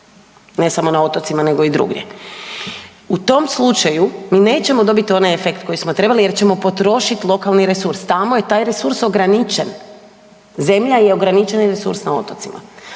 ne samo na otocima, nego i drugdje, u tom slučaju, mi nećemo dobiti onaj efekt koji smo trebali jer ćemo potrošiti lokalni resurs, tamo je taj resurs ograničen, zemlja je ograničena i resurs na otocima.